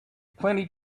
plenty